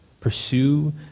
pursue